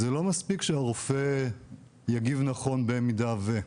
זה לא מספיק שהרופא יגיב נכון במידה ו..